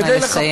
נא לסיים.